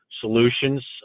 solutions